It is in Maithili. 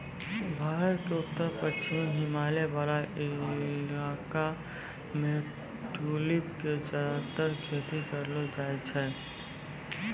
भारत के उत्तर पश्चिमी हिमालय वाला इलाका मॅ ट्यूलिप के ज्यादातर खेती करलो जाय छै